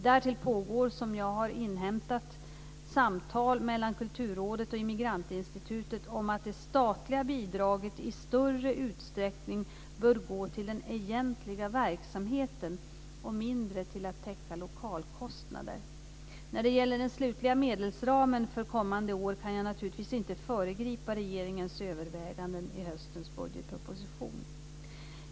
Därtill pågår, som jag har inhämtat, samtal mellan Kulturrådet och Immigrantinstitutet om att det statliga bidraget i större utsträckning bör gå till den egentliga verksamheten och mindre till att täcka lokalkostnader. När det gäller den slutliga medelsramen för kommande år kan jag naturligtvis inte föregripa regeringens överväganden i höstens budgetproposition.